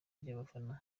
ry’abafana